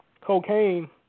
cocaine